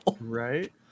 Right